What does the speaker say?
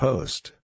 Post